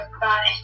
Bye